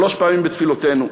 שלוש פעמים בתפילותינו,